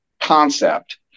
concept